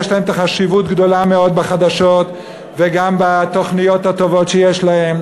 יש לה חשיבות גדולה מאוד בחדשות וגם בתוכניות הטובות שיש לה,